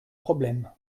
problème